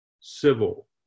civil